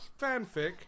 fanfic